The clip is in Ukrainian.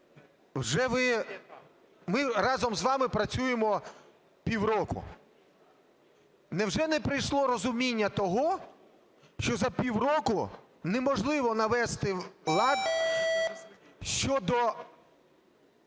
ми разом з вами працюємо півроку. Невже не прийшло розуміння того, що за півроку неможливо навести лад щодо